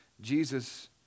Jesus